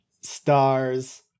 stars